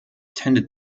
tended